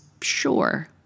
sure